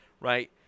right